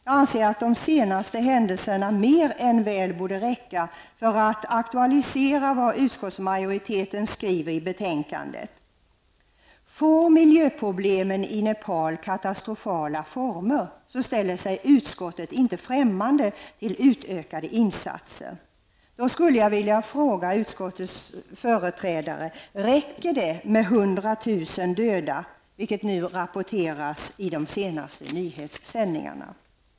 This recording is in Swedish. Jag anser att det senaste händelserna mer än väl borde räcka för att aktualisera vad utskottsmajoriteten skriver i betänkandet: ''Får miljöproblemen i Nepal katastrofala former -- ställer sig utskottet inte främmande till utökade insatser.'' Då skulle jag vilja fråga utskottets företrädare: Räcker det med 100 000 döda, vilket nu rapporteras i de senaste nyhetssändningarna?